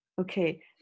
Okay